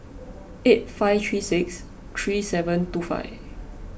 eight five three six three seven two five